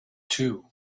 too